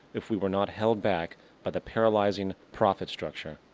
if we were not held back by the paralyzing profit structure.